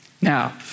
Now